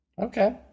Okay